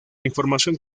información